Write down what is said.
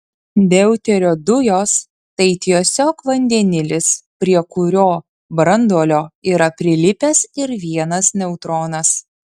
deuterio dujos tai tiesiog vandenilis prie kurio branduolio yra prilipęs ir vienas neutronas